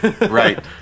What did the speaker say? Right